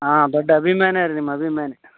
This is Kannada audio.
ಹಾಂ ದೊಡ್ಡ ಅಭಿಮಾನಿ ರೀ ನಿಮ್ಮ ಅಭಿಮಾನಿ